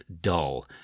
dull